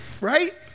Right